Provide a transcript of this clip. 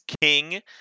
king